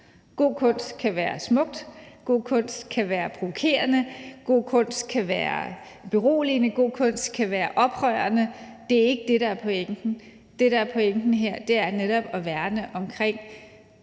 God kunst kan være smuk, god kunst kan være provokerende, god kunst kan være beroligende, god kunst kan være oprørende. Det er ikke det, der er pointen. Det, der er pointen her, er netop at værne om den